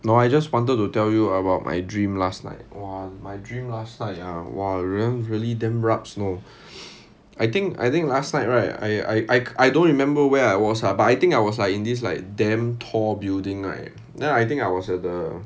no I just wanted to tell you about my dream last night !wah! my dream last night ah !wah! really really damn rabs know I think I think last night right I I I don't remember where I was ah but I think I was like in this like damn tall building right then I think I was at the